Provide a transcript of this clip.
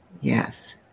Yes